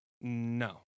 No